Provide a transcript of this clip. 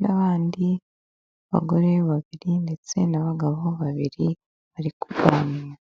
N'abandi bagore babiri ndetse n'abagabo babiri bari kuganira.